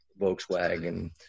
Volkswagen